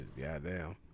goddamn